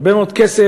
הרבה מאוד כסף,